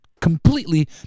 completely